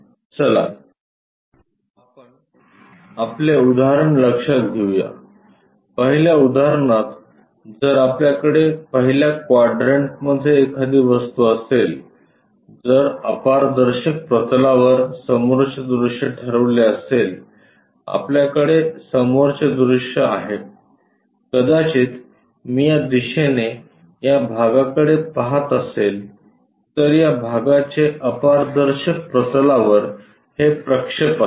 चला आपण आपले उदाहरण लक्षात घेऊया पहिल्या उदाहरणात जर आपल्याकडे पहिल्या क्वाड्रंटमध्ये एखादी वस्तू असेल जर अपारदर्शक प्रतलावर समोरचे दृश्य ठरवले असेल आपल्याकडे समोरचे दृश्य आहे कदाचित मी या दिशेने या भागाकडे पाहत असेल तर या भागाचे अपारदर्शक प्रतलावर हे प्रक्षेप असेल